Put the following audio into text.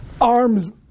arms